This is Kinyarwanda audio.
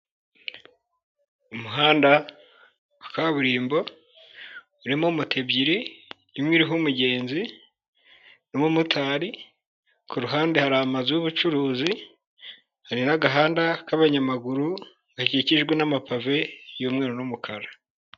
Umuhanda wa kaburimbo urimo moto ebyiri, imwe iriho umugenzi n'umumotari, ku ruhande hari amazu y'ubucuruzi, hari n'agahanda k'abanyamaguru gakikijwe n'amapave y'umweru n'umukara.